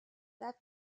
that